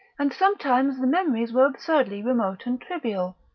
and sometimes the memories were absurdly remote and trivial,